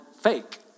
fake